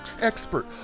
expert